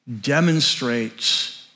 demonstrates